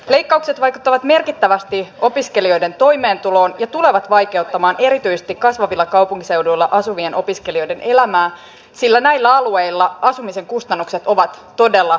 leikkaukset vaikuttavat merkittävästi opiskelijoiden toimeentuloon ja tulevat vaikeuttamaan erityisesti kasvavilla kaupunkiseuduilla asuvien opiskelijoiden elämää sillä näillä alueilla asumisen kustannukset ovat todella korkeita